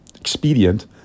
expedient